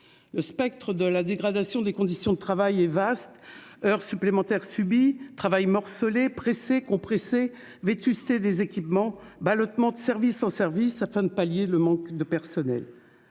Le spectre de la dégradation des conditions de travail est vaste : heures supplémentaires subies, travail morcelé, pressé, compressé, vétusté des équipements, ballottement de service en service afin de pallier le manque de personnel.